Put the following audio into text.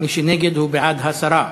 מי שנגד הוא בעד הסרה.